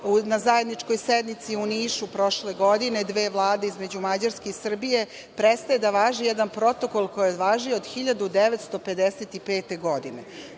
na zajedničkoj sednici u Nišu prošle godine, dve vlade, između Mađarske i Srbije, prestaje da važi jedan protokol koji je važio od 1955. godine.